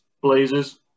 Blazers